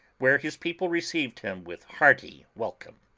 where his people received him with hearty welcome.